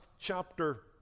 chapter